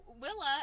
Willa